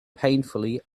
painfully